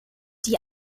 die